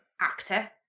actor